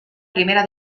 primera